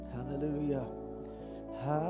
Hallelujah